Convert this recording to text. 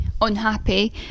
unhappy